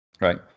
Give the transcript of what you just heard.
right